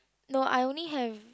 no I only have